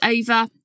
over